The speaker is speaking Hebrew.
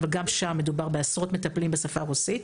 אבל גם שם מדובר בעשרות מטפלים בשפה הרוסית.